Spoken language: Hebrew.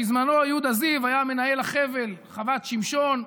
בזמנו יהודה זיו היה מנהל החבל חוות שמשון,